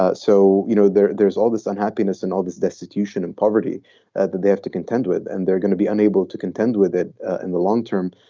ah so, you know, there's all this unhappiness and all this destitution and poverty that they have to contend with, and they're going to be unable to contend with it in the long term.